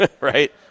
right